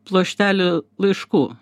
pluoštelį laiškų